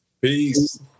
Peace